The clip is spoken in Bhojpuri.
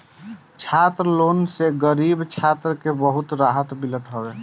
छात्र लोन से गरीब छात्र के बहुते रहत मिलत हवे